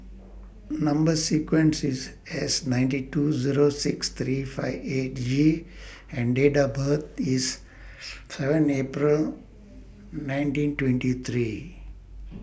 Number sequence IS S ninety two six three five eight G and Date of birth IS seven April nineteen twenty three